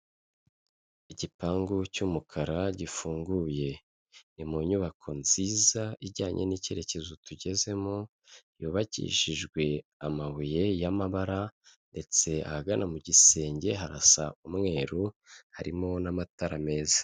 Igipangu cy'umukara gifunguye, ni mu nyubako nziza ijyanye n'iyerekezo tugezemo, yubakishijwe amabuye y'amabara ndetse ahagana mu gisenge harasa umweru harimo n'amatara meza.